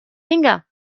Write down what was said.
vinga